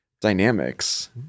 dynamics